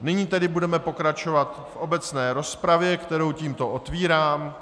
Nyní tedy budeme pokračovat v obecné rozpravě, kterou tímto otvírám.